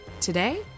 Today